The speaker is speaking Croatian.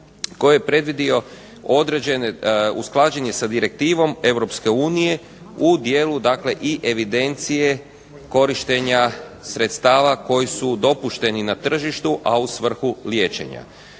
koji je predvidio, usklađen je sa direktivom Europske unije u dijelu dakle i evidencije korištenja sredstava koji su dopušteni na tržištu, a u svrhu liječenja.